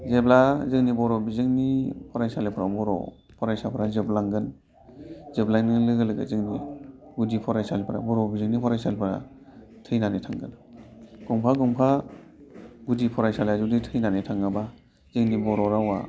जेब्ला जोंनि बर' बिजोंनि फरायसालिफोराव बर' फरायफोरा जोबलांगोन जोबनायनि लोगो लोगो जोंनि गुदि फरायसालिफोरा बर' बिजोंनि फरायसालिफोरा थैनानै थांगोन गंफा गंफा गुदि फरायसालिया जुदि थैनानै थाङोबा जोंनि बर' रावआ